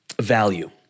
value